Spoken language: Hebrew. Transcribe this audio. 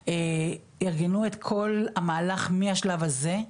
א.ב.א ארגנו את כל המהלך מהשלב הזה,